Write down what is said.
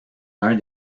l’un